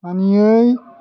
मानियै